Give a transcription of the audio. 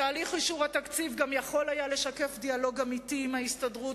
תהליך אישור התקציב גם יכול היה לשקף דיאלוג אמיתי עם ההסתדרות,